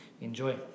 enjoy